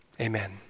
Amen